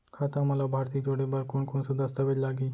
खाता म लाभार्थी जोड़े बर कोन कोन स दस्तावेज लागही?